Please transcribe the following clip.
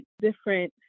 different